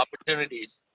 opportunities